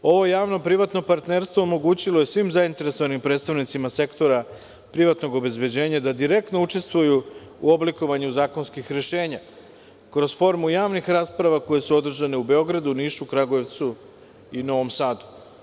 Ovo javno privatno partnerstvo omogućilo je svim zainteresovanim predstavnicima sektora privatnog obezbeđenja da direktno učestvuju u oblikovanju zakonskih rešenja, kroz formu javnih rasprava koje su održane u Beogradu, Nišu, Kragujevcu i Novom Sadu.